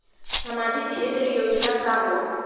सामाजिक क्षेत्र योजना का होला?